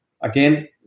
Again